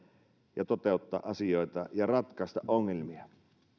ja toteuttaa asioita ja ratkaista ongelmia